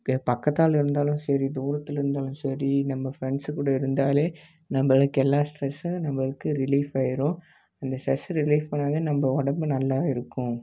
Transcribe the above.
பக்கத்தால் இருந்தாலும் சரி தூரத்தில் இருந்தாலும் சரி நம்ம ஃபிரண்ட்ஸு கூட இருந்தாலே நம்மளுக்கு எல்லா ஸ்ட்ரெஸ்ஸும் நம்மளுக்கு ரிலிஃப் ஆயிரும் அந்த ஸ்ட்ரெஸ் ரிலிஃப் ஆனாலே நம்ப உடம்பு நல்லாவும் இருக்கும்